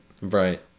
Right